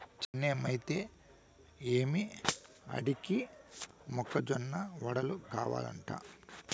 చేనేమైతే ఏమి ఆడికి మొక్క జొన్న వడలు కావలంట